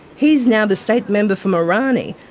he's now the state member for mirani,